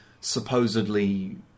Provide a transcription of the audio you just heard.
supposedly